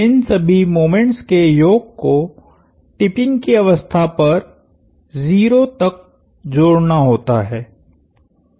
इन सभी मोमेंट्स के योग को टिपिंग की अवस्था पर 0 तक जोड़ना होता है